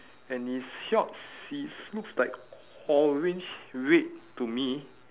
and his shorts it's looks like orange red to me